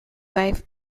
wife